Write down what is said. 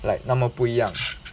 like 那么不一样